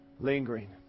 Lingering